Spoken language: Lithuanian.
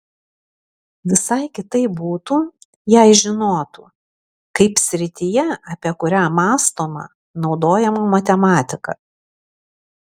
visai kitaip būtų jei žinotų kaip srityje apie kurią mąstoma naudojama matematika